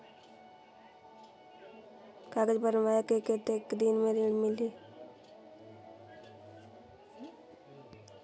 कागज बनवाय के कतेक दिन मे ऋण मिलही?